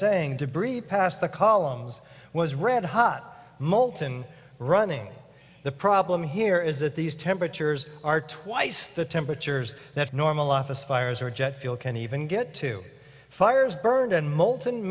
saying debris past the columns was red hot molten running the problem here is that these temperatures are twice the temperatures that normal office fires or jet fuel can even get to fires burned and molten